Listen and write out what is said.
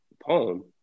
poem